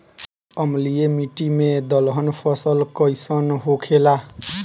अम्लीय मिट्टी मे दलहन फसल कइसन होखेला?